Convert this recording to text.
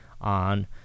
on